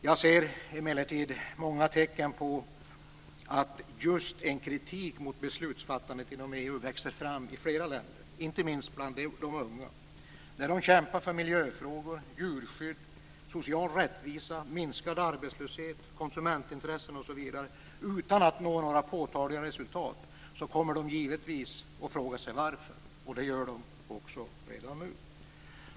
Jag ser emellertid många tecken på att just en kritik mot beslutsfattandet inom EU växer fram i flera länder. Inte minst gäller det bland de unga. När de kämpar för miljöfrågor, djurskydd, social rättvisa, minskad arbetslöshet, konsumentintressen osv. utan att nå påtagliga resultat kommer de givetvis att fråga sig varför det är så. Det gör de också redan nu.